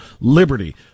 liberty